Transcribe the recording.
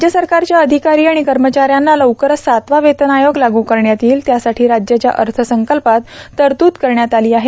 राज्य सरकारच्या अधिकारी आणि कर्मचाऱ्यांना लवकरच सातवा वेतन आयोग लागू करण्यात येईल त्यासाठी राज्याच्या अर्थसंकल्पात तरतूद करण्यात आली आहे